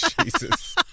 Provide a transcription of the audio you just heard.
Jesus